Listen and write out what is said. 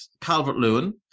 Calvert-Lewin